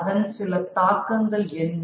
அதன் சில தாக்கங்கள் என்ன